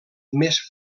més